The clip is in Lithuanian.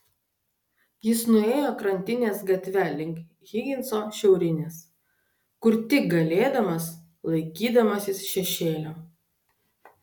jis nuėjo krantinės gatve link higinso šiaurinės kur tik galėdamas laikydamasis šešėlio